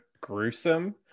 gruesome